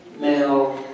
male